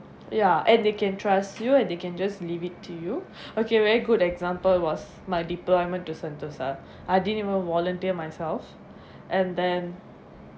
ya and they can trust you and they can just leave it to you okay very good example was my deployment to sentosa I didn't even volunteer myself and then